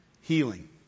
healing